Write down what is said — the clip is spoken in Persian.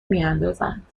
میاندازند